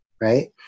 Right